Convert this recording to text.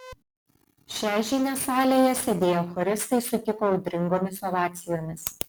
šią žinią salėje sėdėję choristai sutiko audringomis ovacijomis